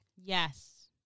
Yes